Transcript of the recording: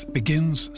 begins